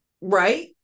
right